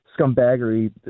scumbaggery